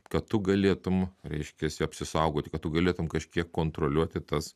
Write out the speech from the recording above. kad tu galėtum reiškiasi apsisaugoti kad tu galėtum kažkiek kontroliuoti tas